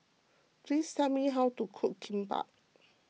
please tell me how to cook Kimbap